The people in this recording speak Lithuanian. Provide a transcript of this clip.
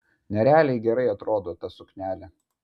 nerealiai gerai atrodo ta suknelė